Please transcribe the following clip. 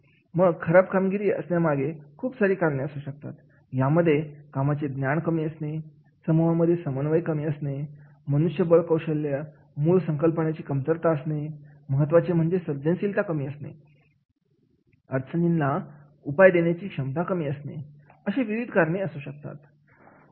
मग खराब कामगिरी असण्यामागे खूप सारी कारणे असू शकतात यामध्ये कामाचे ज्ञान कमी असणे समूहामध्ये समन्वय कमी असणे मनुष्यबळ कौशल्य मूळ संकल्पनांची कमतरता असणे महत्त्वाचे म्हणजे सर्जनशीलता कमी असणे अडचणींना उपाय देण्याची क्षमता कमी असणे अशी विविध कारणे असू शकतात